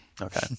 okay